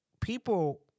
people